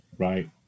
Right